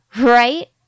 right